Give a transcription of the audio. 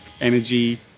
energy